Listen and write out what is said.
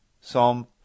Psalm